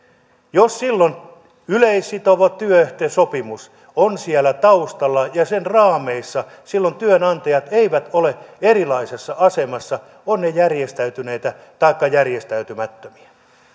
jos silloin yleissitova työehtosopimus on siellä taustalla ja sen raameissa silloin työnantajat eivät ole erilaisessa asemassa ovat ne järjestäytyneitä taikka järjestäytymättömiä